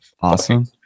awesome